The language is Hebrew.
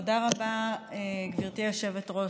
תודה רבה, גברתי היושבת-ראש.